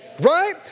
right